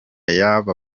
y’aba